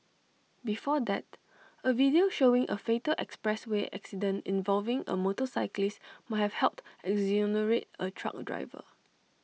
before that A video showing A fatal expressway accident involving A motorcyclist might have helped exonerate A truck driver